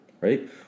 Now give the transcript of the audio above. right